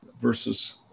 versus